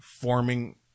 forming